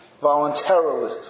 voluntarily